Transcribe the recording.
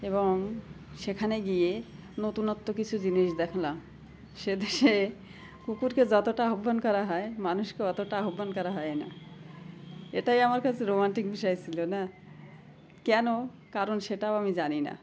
এবং সেখানে গিয়ে নতুনত্ব কিছু জিনিস দেখলাম সে দেশে কুকুরকে যতোটা আহবান করা হয় মানুষকেও অতোটা আহবান করা হয় না এটাই আমার কাছে রোমান্টিক বিষয় ছিলো না কেন কারণ সেটাও আমি জানি না